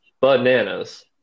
bananas